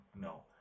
No